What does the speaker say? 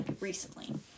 recently